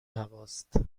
هواست